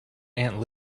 aunt